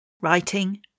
Writing